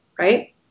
right